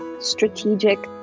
strategic